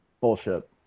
bullshit